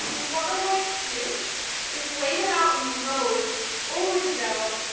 and what we're going to do is lay them out in rows over the dough,